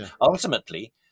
ultimately